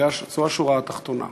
זו השורה התחתונה.